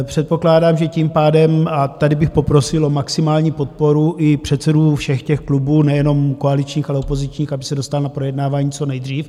Předpokládám, že tím pádem tady bych poprosil o maximální podporu i předsedů všech těch klubů nejenom koaličních, ale i opozičních, aby se dostal na projednávání co nejdříve.